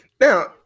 Now